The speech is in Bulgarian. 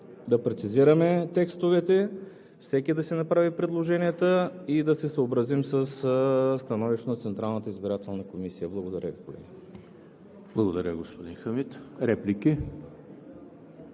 да прецизираме текстовете, всеки да си направи предложенията и да се съобразим със становището на Централната избирателна комисия. Благодаря Ви. ПРЕДСЕДАТЕЛ ЕМИЛ ХРИСТОВ: Благодаря, господин Хамид. Реплики?